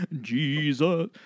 Jesus